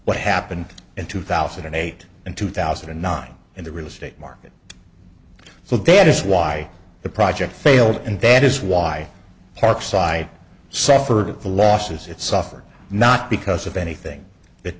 what happened in two thousand and eight and two thousand and nine in the real estate market so that is why the project failed and that is why parkside suffered at the losses it suffered not because of anything that